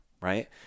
right